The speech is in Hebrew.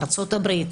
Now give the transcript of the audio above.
ארה"ב,